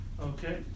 Okay